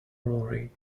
rory